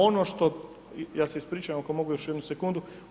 Ono što ja se ispričavam, mogu još jednu sekundu.